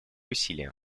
усилия